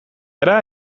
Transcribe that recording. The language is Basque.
gara